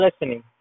listening